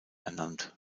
ernannt